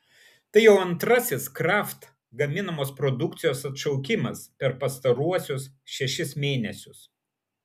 tai jau antrasis kraft gaminamos produkcijos atšaukimas per pastaruosius šešis mėnesius